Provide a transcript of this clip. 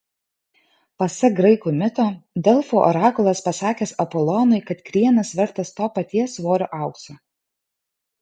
pasak graikų mito delfų orakulas pasakęs apolonui kad krienas vertas to paties svorio aukso